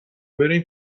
بریم